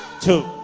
two